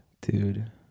Dude